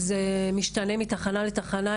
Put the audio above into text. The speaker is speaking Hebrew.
זה משתנה מתחנה לתחנה,